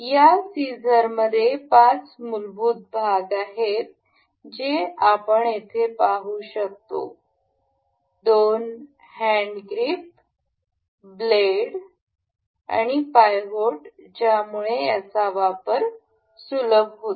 या कात्रीत पाच मूलभूत भाग आहेत जे आपण येथे पाहू शकतो दोन हँडग्रीप ब्लेड आणि पायहोट ज्यामुळे याचे वापर सुलभ होते